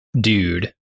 dude